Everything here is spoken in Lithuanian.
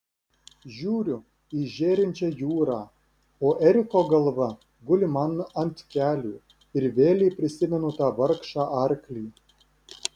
žiūriu į žėrinčią jūrą o eriko galva guli man ant kelių ir vėlei prisimenu tą vargšą arklį